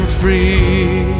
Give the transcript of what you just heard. free